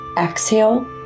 Exhale